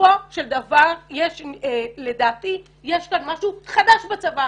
בסופו של דבר יש לדעתי משהו חדש בצבא.